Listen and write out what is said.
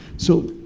so